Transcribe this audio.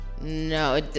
No